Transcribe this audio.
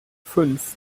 fünf